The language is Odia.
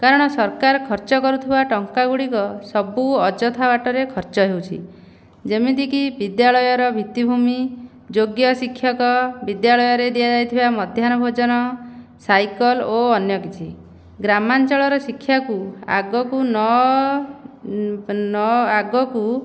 କାରଣ ସରକାର ଖର୍ଚ୍ଚ କରୁଥିବା ଟଙ୍କାଗୁଡ଼ିକ ସବୁ ଅଯଥା ବାଟରେ ଖର୍ଚ୍ଚ ହେଉଛି ଯେମିତିକି ବିଦ୍ୟାଳୟର ଭିତ୍ତିଭୂମି ଯୋଗ୍ୟ ଶିକ୍ଷକ ବିଦ୍ୟାଳୟରେ ଦିଆଯାଇଥିବା ମଧ୍ୟାନ୍ନ ଭୋଜନ ସାଇକଲ ଓ ଅନ୍ୟ କିଛି ଗ୍ରାମାଞ୍ଚଳର ଶିକ୍ଷାକୁ ଆଗକୁ ନ ନ ଆଗକୁ